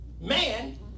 man